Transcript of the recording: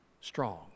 strong